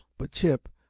but chip,